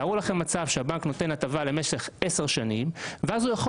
תארו לכם מצב שהבנק נותן הטבה למשך 10 שנים ואז הוא יכול